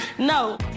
No